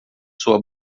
sua